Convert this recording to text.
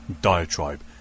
diatribe